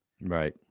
Right